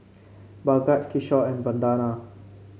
Bhagat Kishore and Vandana